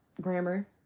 grammar